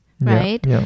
right